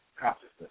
consciousness